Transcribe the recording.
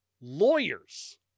lawyers